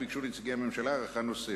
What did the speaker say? ביקשו נציגי הממשלה הארכה נוספת.